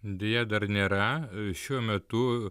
deja dar nėra šiuo metu